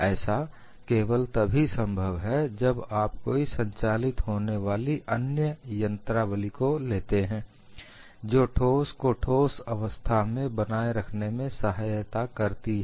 ऐसा केवल तभी संभव है जब आप कोई संचालित होने वाली अन्य यंत्रावली को लेते हैं जो ठोस को ठोस अवस्था में बनाए रखने में सहायता करता है